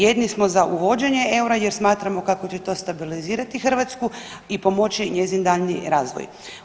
Jedni smo za uvođenje eura jer smatramo kako će to stabilizirati Hrvatsku i pomoći njezin daljnji razvoj.